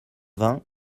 vingt